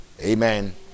Amen